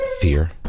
fear